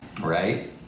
right